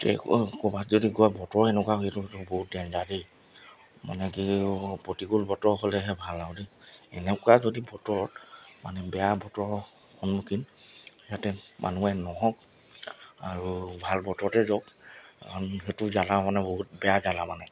গতিকে ক'ৰবাত যদি কিবা বতৰ এনেকুৱা হৈ থাকে সেইটো বহুত ডেঞ্জাৰ দেই মানে কি প্ৰতিকূল বতৰ হ'লেহে ভাল আৰু দেই এনেকুৱা যদি বতৰত মানে বেয়া বতৰৰ সন্মুখীন ইয়াতে মানুহে নহওক আৰু ভাল বতৰতে যাওক কাৰণ সেইটো জ্বালা মানে বহুত বেয়া জ্বালা মানে